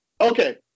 Okay